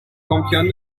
campeón